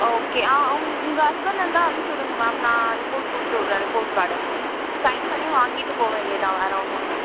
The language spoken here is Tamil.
ஓகே ஆ உங் உங்கள் ஹஸ்பண்ட் இருந்தால் அனும்ச்சுடுங்க மேம் நான் ரிப்போர்ட் கொடுத்துவுடுறேன் ரிப்போர்ட் கார்டை சைன் பண்ணி வாங்கிட்டு போக வேண்டியது தான் வேறு ஒன்றுல்ல